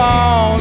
on